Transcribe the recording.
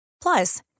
Plus